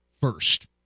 first